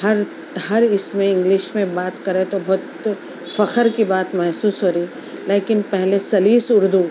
ہر ہر اِس میں انگلش میں بات کرے تو بہت فخر کی بات محسوس ہو رہی ہے لیکن پہلے سلیس اُردو